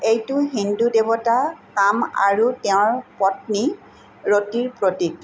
এইটো হিন্দু দেৱতা কাম আৰু তেওঁৰ পত্নী ৰতিৰ প্ৰতীক